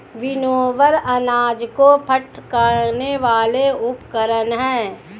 winnower अनाज को फटकने वाला उपकरण है